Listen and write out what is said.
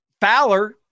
Fowler